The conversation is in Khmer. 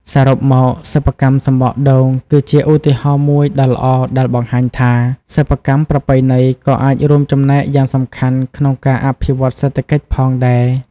សរុបមក សិប្បកម្មសំបកដូង គឺជាឧទាហរណ៍មួយដ៏ល្អដែលបង្ហាញថា សិប្បកម្មប្រពៃណីក៏អាចរួមចំណែកយ៉ាងសំខាន់ក្នុងការអភិវឌ្ឍសេដ្ឋកិច្ចផងដែរ។